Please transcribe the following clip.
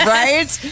right